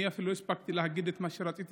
אני אפילו לא הספקתי להגיד את מה שרציתי,